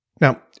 Now